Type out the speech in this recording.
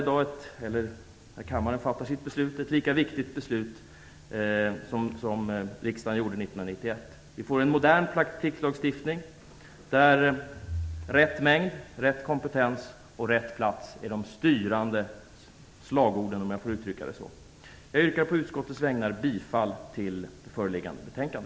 Det beslut som kammaren kommer att fatta är ett lika viktigt beslut som beslutet 1901. Vi får en modern krigslagstiftning där rätt mängd, rätt kompetens och rätt plats är de styrande slagorden - om jag får uttrycka det så. Jag yrkar på utskottets vägnar bifall till föreliggande förslag.